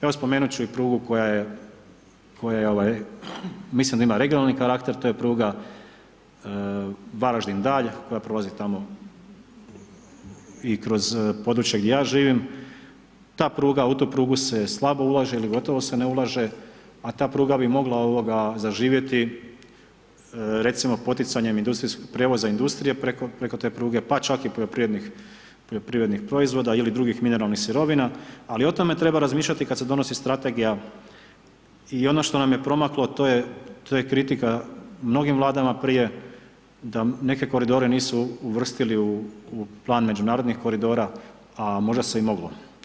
Evo spomenut ću i prugu koja je, mislim da ima regionalni karakter, to je pruga Varaždin-Dalj koja prolazi tamo i kroz područje gdje ja živim, u tu prugu se slabo ulaže li gotovo se ne ulaže, a ta pruga bi mogla zaživjeti recimo poticanjem industrijskog prijevoza, industrije preko te pruge pa čak i poljoprivrednih proizvoda ili drugih mineralnih sirovina ali o tome treba razmišljati kad se donosi strategija i ono što nam je promaklo a to je kritika mnogim Vladama prije da neke koridore nisu uvrstili u plan međunarodnih koridora a možda se i moglo.